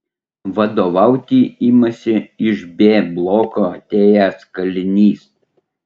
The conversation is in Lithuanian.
vadovauti imasi iš b bloko atėjęs kalinys